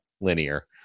linear